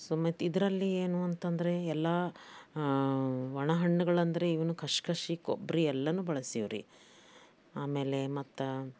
so ಮತ್ತು ಇದರಲ್ಲಿ ಏನು ಅಂತ ಅಂದ್ರೆ ಎಲ್ಲ ಒಣಹಣ್ಣುಗಳೆಂದ್ರೆ ಇವನು ಕಶ್ ಕಶಿ ಕೊಬ್ಬರಿ ಎಲ್ಲವೂ ಬಳಸ್ತೀವ್ರಿ ಆಮೇಲೆ ಮತ್ತು